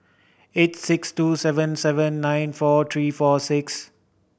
eight six two seven seven nine four three four six